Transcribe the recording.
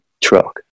truck